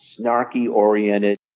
snarky-oriented